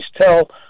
tell